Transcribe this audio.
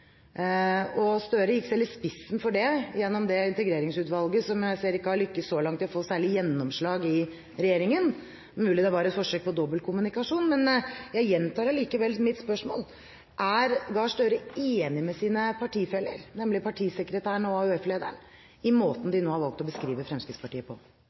og innvandringspolitikk. Gahr Støre gikk selv i spissen for det gjennom Integreringsutvalget, som jeg ser ikke har lyktes så langt i å få særlig gjennomslag i regjeringen, det er mulig det var et forsøk på dobbeltkommunikasjon. Jeg gjentar allikevel mitt spørsmål: Er Gahr Støre enig med sine partifeller, nemlig partisekretæren og AUF-lederen, i måten de nå har valgt å beskrive Fremskrittspartiet på?